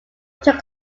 took